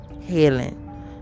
healing